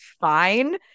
fine